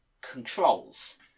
controls